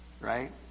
right